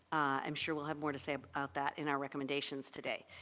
i'm sure we'll have more to say about that in our recommendations today.